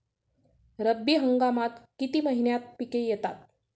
रब्बी हंगामात किती महिन्यांत पिके येतात?